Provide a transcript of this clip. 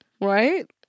right